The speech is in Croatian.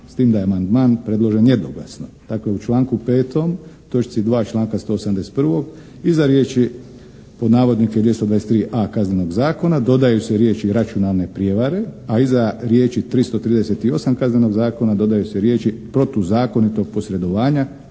s tim da je amandman predložen jednoglasno. Dakle, u članku 5. točci 2. članka 171. iza riječi: "223.a Kaznenog zakona" dodaju se riječi: "računalne prijevare", a iza riječi: "338. Kaznenog zakona" dodaju se riječi: "protuzakonitog posredovanja